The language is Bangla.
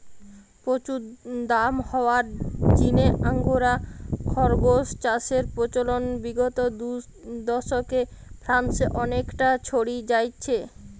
প্রচুর দাম হওয়ার জিনে আঙ্গোরা খরগোস চাষের প্রচলন বিগত দুদশকে ফ্রান্সে অনেকটা ছড়ি যাইচে